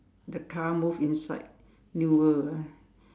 the car move inside new world ah